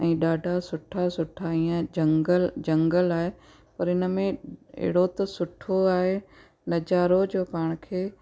ऐं ॾाढा सुठा सुठा ईअं झंगल झंगल आहे पर इनमें अहिड़ो त सुठो आहे नज़ारो जो पाण खे